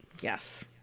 Yes